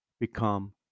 become